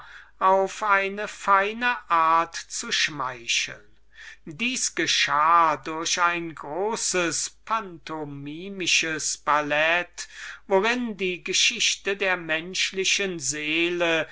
auf eine feine art zu schmeicheln dieses geschah durch ein großes pantomimisches ballet worin die geschichte der menschlichen seele